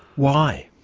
why?